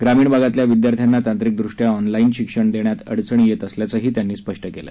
ग्रामीण भागातल्या विद्यार्थ्यांना तांत्रिकदृष्ट्या ऑनलाईन शिक्षण देण्यात अडचणी येत असल्याचंही त्यांनी स्पष्ट केलं